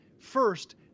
first